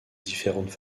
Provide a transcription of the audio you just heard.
différentes